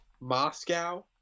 moscow